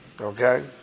Okay